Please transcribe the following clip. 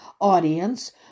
audience